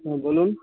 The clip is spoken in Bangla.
হুঁ বলুন